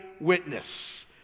witness